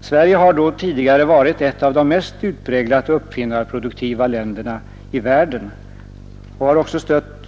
Sverige har tidigare varit ett av de mest utpräglat uppfinnarproduktiva länderna i världen och har också